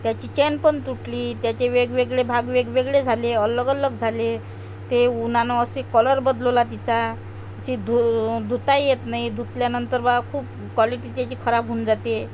त्याची चेन पण तुटली त्याचे वेगवेगळे भाग वेगवेगळे झाले अलगअलग झाले ते उन्हानं असे कलर बदलला तिचा असे धू धुताही येत नाही धुतल्यानंतर बा खूप क्वालिटी तिची खराब होऊन जाते